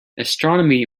astronomy